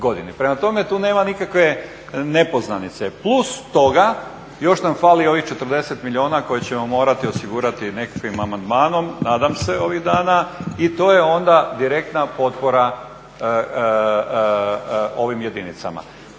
Prema tome tu nema nikakve nepoznanice. Plus toga još nam fali ovih 40 milijuna koje ćemo morati osigurati nekakvim amandmanom, nadam se ovih dana i to je onda direktna potpora ovim jedinicama.